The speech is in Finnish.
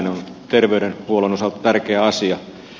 tämä on terveydenhuollon osalta tärkeä asia